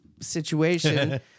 situation